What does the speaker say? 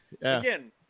Again